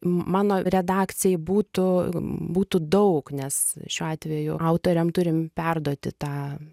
mano redakcijai būtų būtų daug nes šiuo atveju autoriam turim perduoti tą